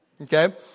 okay